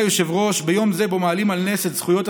אני בעצמי עשיתי את זה עד לא מזמן, וזה לא פשוט.